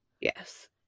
Yes